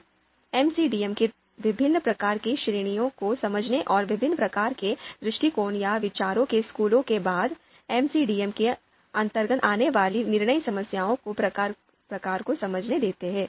अब एमसीडीएम के लिए विभिन्न प्रकार की श्रेणियों को समझने और विभिन्न प्रकार के दृष्टिकोणों या विचारों के स्कूलों के बाद एमसीडीएम के डोमेन के तहत आने वाली निर्णय समस्याओं के प्रकार को समझने दें